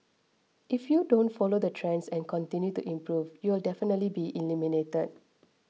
if you don't follow the trends and continue to improve you'll definitely be eliminated